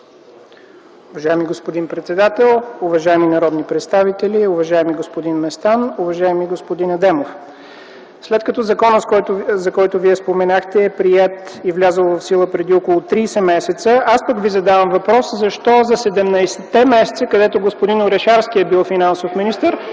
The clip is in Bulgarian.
Уважаеми господин председател, уважаеми народни представители, уважаеми господин Местан, уважаеми господин Адемов! След като законът, за който Вие споменахте, е приет и е влязъл в сила преди около тридесет месеца, аз пък ви задавам въпроса защо за седемнадесетте месеца, когато господин Орешарски е бил финансов министър,